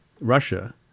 Russia